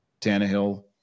Tannehill